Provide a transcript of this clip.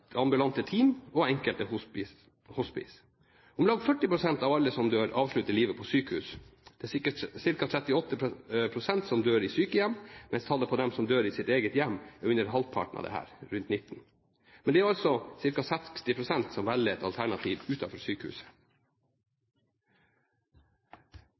ambulante team og enkelte hospice. Om lag 40 pst. av alle som dør, avslutter livet på sykehus. Det er ca. 38 pst. som dør i sykehjem, mens antallet som dør i sitt eget hjem, er under halvparten av dette – rundt 19 pst. Det er altså ca. 60 pst. som velger et alternativ